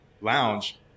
lounge